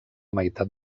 meitat